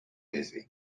dizzy